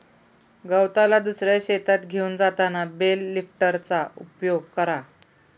गवताला दुसऱ्या शेतात घेऊन जाताना बेल लिफ्टरचा उपयोग करा